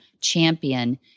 Champion